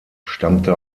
stammte